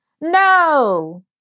no